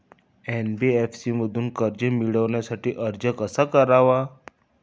NBFC मधून कर्ज मिळवण्यासाठी अर्ज कसा करावा?